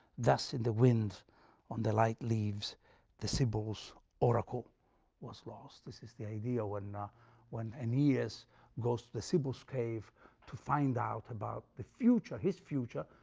thus in the wind on the light leaves the sybil's oracle was lost. this is the idea and when aeneas goes to the sybil's cave to find out about the future, his future,